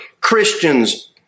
Christians